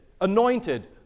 anointed